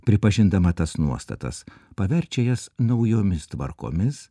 pripažindama tas nuostatas paverčia jas naujomis tvarkomis